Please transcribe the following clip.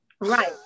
Right